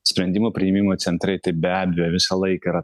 sprendimų priėmimo centrai tai be abejo visą laiką yra